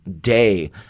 day